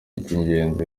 icy’ingenzi